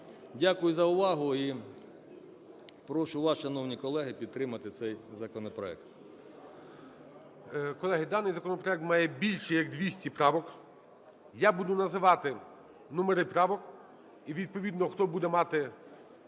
Дякую за увагу. І прошу вас, шановні колеги, підтримати цей законопроект. ГОЛОВУЮЧИЙ. Колеги, даний законопроект має більш як 200 правок. Я буду називати номери правок, і відповідно, хто буде мати намір